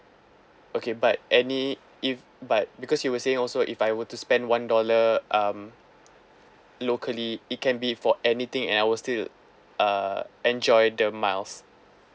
okay but any if but because you were say also if I were to spend one dollar um locally it can be for anything and I will still uh enjoy the miles